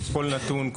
כל נתון,